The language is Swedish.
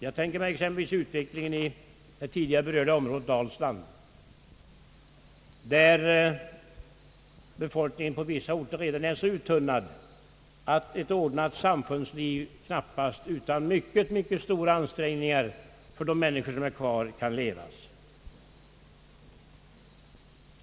Jag tänker därvid på utvecklingen i exempelvis det tidigare berörda området Dalsland, där befolkningen på vissa orter redan är så uttunnad att ett ordnat samhällsliv knappast kan levas utan mycket stora ansträngningar från de människor som bor kvar.